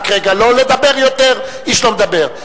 רק רגע, לא לדבר יותר, איש לא מדבר.